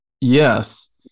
yes